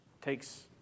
takes